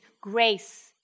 grace